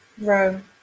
Rome